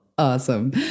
Awesome